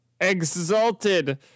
exalted